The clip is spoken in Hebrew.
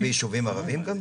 גם ביישובים ערבים?